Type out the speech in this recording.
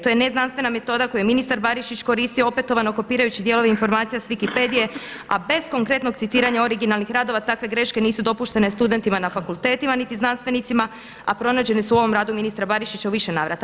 To je neznanstvena metoda koju je ministar Barišić koristio opetovano kopirajući dijelove informacija sa Wikipedije, a bez konkretnog citiranja originalnih radova takve greške nisu dopuštene studentima na fakultetima, niti znanstvenicima, a pronađene su u ovom radu ministra Barišića u više navrata.